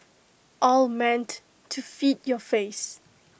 all meant to feed your face